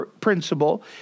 principle